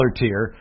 tier